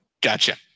Gotcha